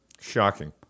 Shocking